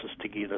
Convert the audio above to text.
together